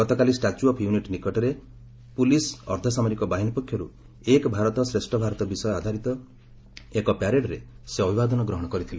ଗତକାଲି statue of unity ନିକଟରେ police ଅର୍ଦ୍ଧସାମରିକ ବାହିନୀ ପକ୍ଷରୁ 'ଏକ୍ ଭାରତ ଶ୍ରେଷ୍ଠ ଭାରତ' ବିଷୟ ଆଧାରିତ ଏକ ପ୍ୟାରେଡ୍ରେ ସେ ଅଭିବାଦନ ଗ୍ରହଣ କରିଥିଲେ